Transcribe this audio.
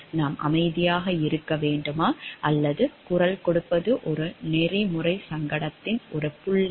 நாம் அமைதியாக இருக்க வேண்டுமா அல்லது குரல் கொடுப்பது ஒரு நெறிமுறை சங்கடத்தின் ஒரு புள்ளியா